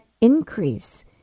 increase